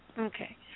okay